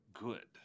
Good